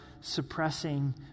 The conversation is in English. suppressing